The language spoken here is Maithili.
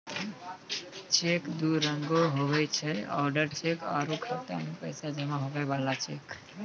चेक दू रंगोके हुवै छै ओडर चेक आरु खाता मे पैसा जमा हुवै बला चेक